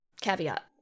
caveat